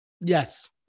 yes